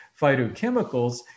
phytochemicals